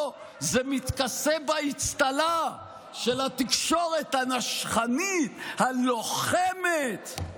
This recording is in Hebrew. פה זה מתכסה באצטלה של התקשורת הנשכנית, הלוחמת.